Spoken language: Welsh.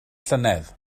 llynedd